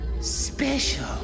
special